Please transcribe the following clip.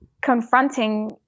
confronting